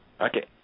Okay